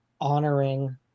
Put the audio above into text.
honoring